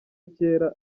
kera